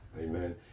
Amen